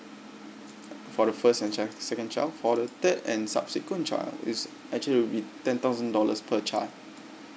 for the first and child second child for the third and subsequent child is actually will be ten thousand dollars per child